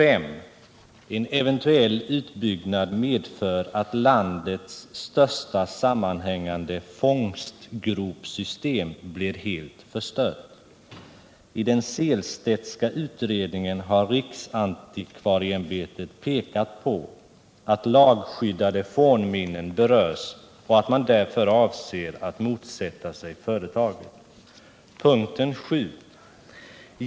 En eventuell utbyggnad medför att landets största sammanhängande fångstgropsystem blir helt förstört. I den Sehlstedtska utredningen har riksantikvarieämbetet pekat på att lagskyddade fornminnen berörs och att man därför avser att motsätta sig företaget. 7.